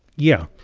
yeah.